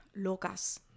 locas